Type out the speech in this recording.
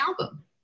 album